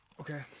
Okay